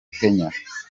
kenya